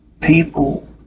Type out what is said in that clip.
people